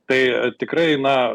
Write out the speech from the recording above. tai tikrai na